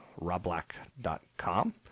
robblack.com